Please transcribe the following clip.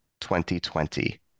2020